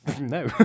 No